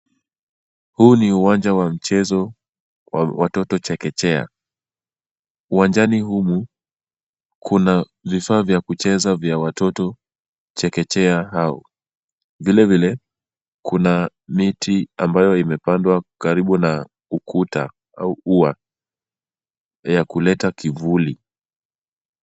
Huu ni uwanja wa mchezo wa watoto chekechea. Uwanjani humu, kuna vifaa vya kucheza vya watoto chekechea hao. Vilevile kuna miti ambayo imepandwa karibu na ukuta au ua ya kuleta kivuli.